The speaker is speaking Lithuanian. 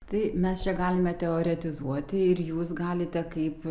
tai mes čia galime teoretizuoti ir jūs galite kaip